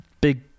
big